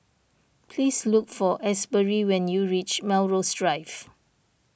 please look for Asbury when you reach Melrose Drive